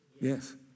Yes